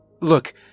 Look